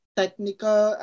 technical